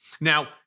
Now